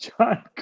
John